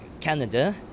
Canada